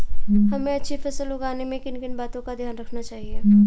हमें अच्छी फसल उगाने में किन किन बातों का ध्यान रखना चाहिए?